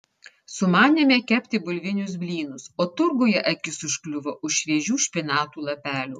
sumanėme kepti bulvinius blynus o turguje akis užkliuvo už šviežių špinatų lapelių